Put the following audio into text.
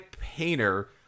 painter